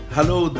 Hello